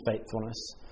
faithfulness